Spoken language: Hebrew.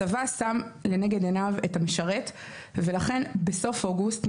הצבא שם לנגד עיניו את המשרת ולכן בסוף אוגוסט,